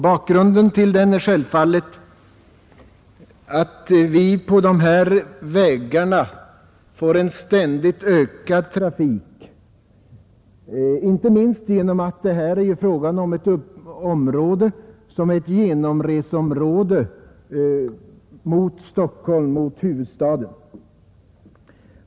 Bakgrunden till frågan är självfallet, att vi på de här vägarna får en ständigt ökad trafik, inte minst eftersom det här gäller ett genomreseområde på väg till och från Stockholm, till och från huvudstaden.